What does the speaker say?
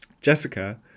Jessica